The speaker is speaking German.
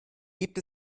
gibt